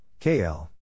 KL